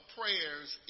prayers